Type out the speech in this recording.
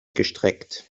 gestreckt